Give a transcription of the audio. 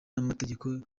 n’amategeko